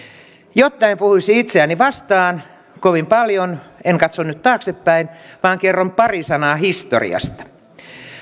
jotta en puhuisi itseäni vastaan kovin paljon en katso nyt taaksepäin vaan kerron pari sanaa historiasta